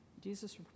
Jesus